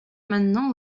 maintenant